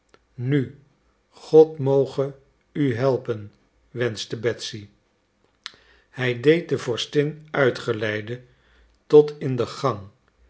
nu god moge u helpen wenschte betsy hij deed de vorstin uitgeleide tot in den gang